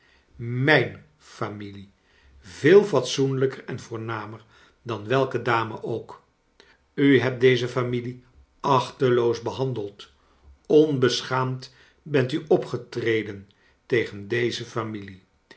mijn familie veel fatsoenlijker en voornamer dan welke dame ook u hebt deze familie achteloos behandeld onbeschaamd bent u opgetreden tegen deze familie